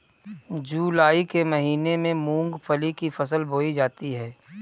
जूलाई के महीने में मूंगफली की फसल बोई जाती है